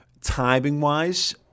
Timing-wise